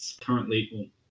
Currently